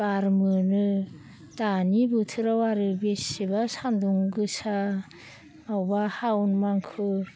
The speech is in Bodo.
बार मोनो दानि बोथोराव आरो बेसेबा सान्दुं गोसा आबावबा सावन मांखो